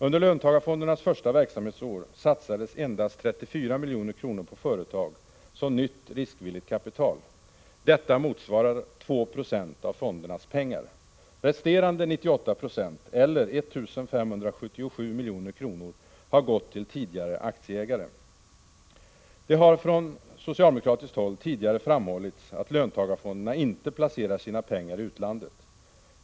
Under löntagarfondernas första verksamhetsår satsades endast 34 milj.kr. på företag som nytt riskvilligt kapital. Detta motsvarar 2 26 av fondernas pengar. Resterande 98 96 eller 1 577 milj.kr. har gått till tidigare aktieägare. Det har från socialdemokratiskt håll tidigare framhållits att löntagarfonderna inte placerar sina pengar i utlandet.